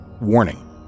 Warning